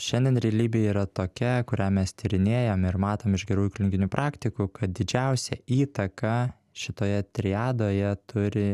šiandien realybė yra tokia kurią mes tyrinėjam ir matom iš gerųjų klinikinių praktikų kad didžiausią įtaką šitoje triadoje turi